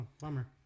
bummer